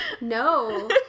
No